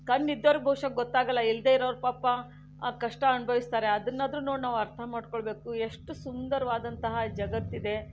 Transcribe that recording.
ಕಣ್ಣಿದ್ದವರಿಗೆ ಬಹುಶಃ ಗೊತ್ತಾಗಲ್ಲ ಇಲ್ಲದೆ ಇರೋರು ಪಾಪ ಆ ಕಷ್ಟ ಅನುಭವಿಸ್ತಾರೆ ಅದನ್ನಾದರೂ ನೋಡಿ ನಾವು ಅರ್ಥ ಮಾಡ್ಕೊಳ್ಬೇಕು ಎಷ್ಟು ಸುಂದರವಾದಂತಹ ಈ ಜಗತ್ತಿದೆ